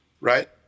right